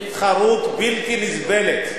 היא תחרות בלתי נסבלת,